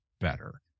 better